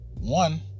One